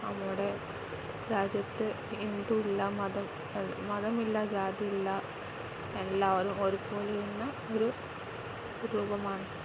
നമ്മുടെ രാജ്യത്ത് ഹിന്ദു ഇല്ല മതം മതമില്ല ജാതിയില്ല എല്ലാവരും ഒരുപോലെയെന്ന ഒരു രൂപമാണ്